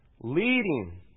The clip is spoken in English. leading